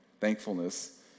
Thankfulness